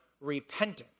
repentance